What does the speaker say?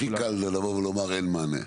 הכי קל לבוא ולומר אין מענה.